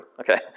Okay